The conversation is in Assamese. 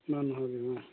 না নহয় নহয়